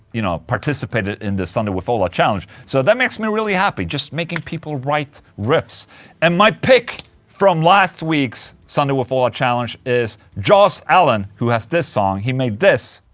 you know, participated in the sunday with ola challenge so that makes me really happy, just making people write riffs and my pick from last week's sunday with ola challenge is. joss allen who has this song, he made this